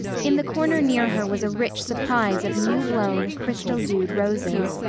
in the corner near her was a rich surprise of new-blown, crystal-dewed roses.